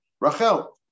Rachel